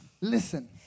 Listen